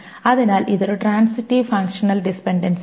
അതിനാൽ ഇതൊരു transitive functional ഡിപൻഡൻസിയാണ്